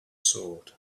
sword